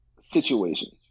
situations